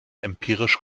empirisch